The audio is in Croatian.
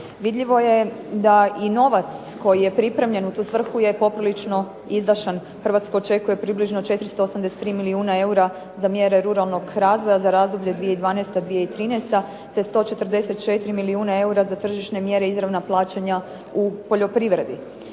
Vidljivo je da i novac koji je pripremljen u tu svrhu je poprilično izdašan. Hrvatsku očekuje približno 483 milijuna eura za mjere ruralnog razvoja za razdoblje 2012./2013. te 144 milijuna eura za tržišne mjere i izravna plaćanja u poljoprivredi.